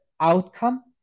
outcome